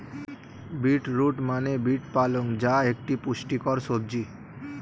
beet root মানে beet পালং যা একটি পুষ্টিকর সবজি